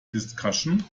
discussion